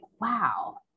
wow